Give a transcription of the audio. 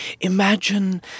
imagine